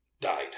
died